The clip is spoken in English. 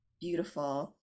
beautiful